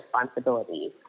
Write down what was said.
responsibilities